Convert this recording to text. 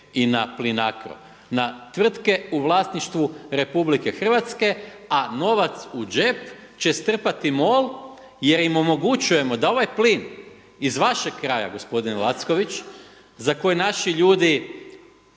i na Plinacro, na tvrtke u vlasništvu RH, a novac u džep će strpati MOL jer im omogućujemo da ovaj plin iz vašeg kraja gospodine Lacković za koji naši ljudi